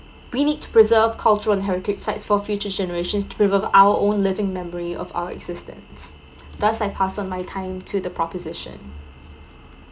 we need to preserve cultural and heritage sites for future generations to revive our own living memory of our existence thus I pass on my time to the proposition